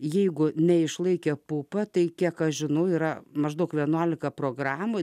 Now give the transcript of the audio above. jeigu neišlaikė pupa tai kiek žinau yra maždaug vienuolika programų